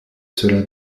cela